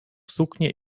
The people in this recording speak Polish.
suknie